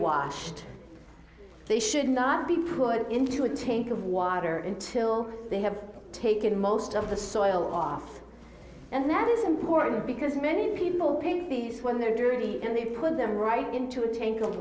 should they should not be poured into a tank of water intil they have taken most of the soil off and that is important because many people pick these when they're dirty and they put them right into a tan